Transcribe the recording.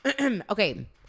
Okay